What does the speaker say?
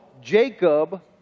Jacob